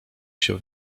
się